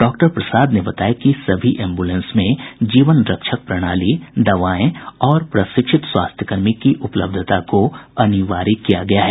doctor Prasad ने बताया कि सभी एम्बुलेंस में जीवन रक्षक प्रणाली दवाएं और प्रशिक्षित स्वास्थ्यकर्मी की उपलब्धता को अनिवार्य किया गया है